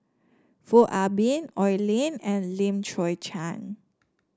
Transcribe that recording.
Foo Ah Bee Oi Lin and Lim Chwee Chian